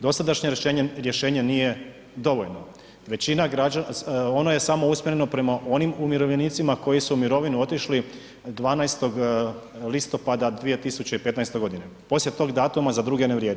Dosadašnje rješenje nije dovoljno, većina građana, ono je samo usmjereno prema onim umirovljenicima koji su u mirovinu otišli 12. listopada 2015. godine, poslije tog datuma za druge ne vrijedi.